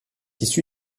issue